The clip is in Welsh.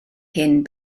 hyn